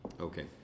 Okay